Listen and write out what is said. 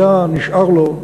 היה נשאר לו,